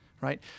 right